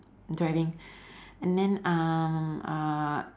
driving and then um uh